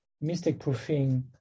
mistake-proofing